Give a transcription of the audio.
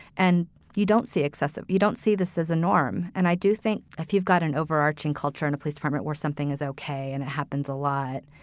and you don't see excessive. you don't see this as a norm. and i do think if you've got an overarching culture in a police department where something is okay and it happens a lot,